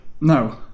No